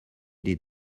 did